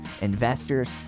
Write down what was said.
investors